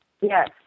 Yes